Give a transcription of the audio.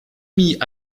mit